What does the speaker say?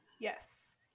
Yes